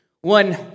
One